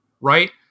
right